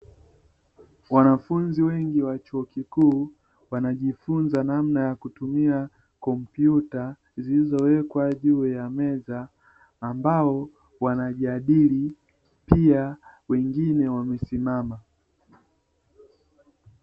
Wanafunzi wengi wa chuo kikuu wanajifunza namna ya kutumia kompyuta zilizowekwa juu ya meza; ambao wanajadili, pia wengine wamesimama.